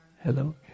hello